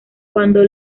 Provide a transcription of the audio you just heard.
cuando